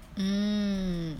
mm